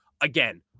again